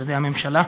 על-ידי הממשלה.